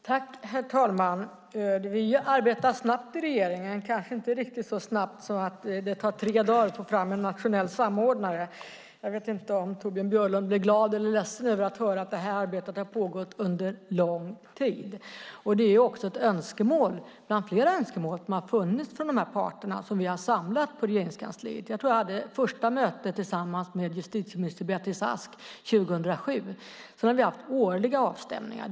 Herr talman! Vi arbetar snabbt i regeringen men kanske inte riktigt så snabbt att det tar tre dagar att få fram en nationell samordnare. Jag vet inte om Torbjörn Björlund blir glad eller ledsen över att höra att det här arbetet har pågått under lång tid. Det är också ett önskemål bland flera önskemål som har funnits från parterna som vi har samlat på Regeringskansliet. Jag tror att jag hade det första mötet tillsammans med justitieminister Beatrice Ask 2007. Sedan har vi haft årliga avstämningar.